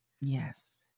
Yes